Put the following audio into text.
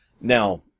Now